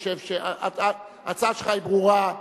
ההצעה שלך היא ברורה,